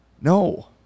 no